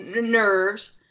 nerves